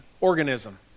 organism